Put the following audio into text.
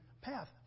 path